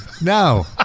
No